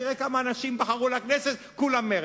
תראה כמה אנשים בחרו לכנסת, כולם מרצ.